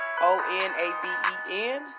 O-N-A-B-E-N